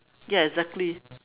ya exactly